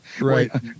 right